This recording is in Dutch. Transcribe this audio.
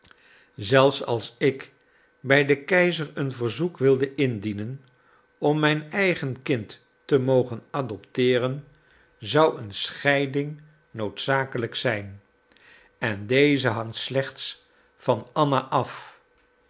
zelfs als ik bij den keizer een verzoek wilde indienen om mijn eigen kind te mogen adopteeren zou een scheiding noodzakelijk zijn en deze hangt slechts van anna af